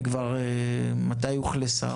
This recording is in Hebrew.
מתי היא אוכלסה?